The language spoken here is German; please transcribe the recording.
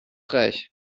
reich